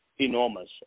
enormous